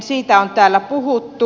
siitä on täällä puhuttu